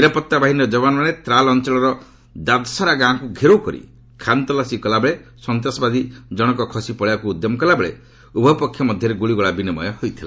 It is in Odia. ନିରାପତ୍ତା ବାହିନୀର ଯବାନମାନେ ତ୍ରାଲ୍ ଅଞ୍ଚଳର ଦାଦ୍ସରା ଗାଁକୁ ଘେରଉ କରି ଖାନତଲାସୀ କଲାବେଳେ ସନ୍ତାସବାଦୀ ଖସି ପଳାଇବାକୁ ଉଦ୍ୟମ କଲାବେଳେ ଉଭୟ ପକ୍ଷ ମଧ୍ୟରେ ଗୁଳିଗୋଳା ବିନିମୟ ହୋଇଥିଲା